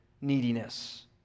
neediness